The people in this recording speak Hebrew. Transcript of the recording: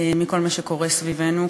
מכל מה שקורה סביבנו.